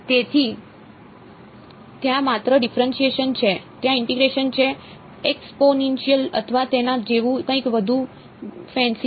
તેથી ત્યાં માત્ર ડિફેરએંશીએશન છે ત્યાં ઇન્ટીગ્રેશન છે એક્સપોનેનશીયલ અથવા તેના જેવું કંઈક વધુ ફેન્સી નથી